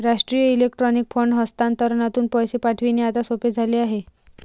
राष्ट्रीय electronic fund हस्तांतरणातून पैसे पाठविणे आता सोपे झाले आहे